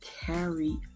carry